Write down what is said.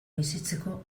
bizitzeko